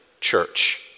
church